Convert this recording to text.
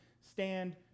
stand